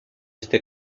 este